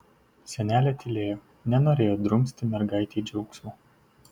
senelė tylėjo nenorėjo drumsti mergaitei džiaugsmo